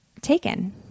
taken